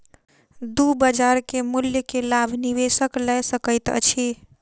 दू बजार के मूल्य के लाभ निवेशक लय सकैत अछि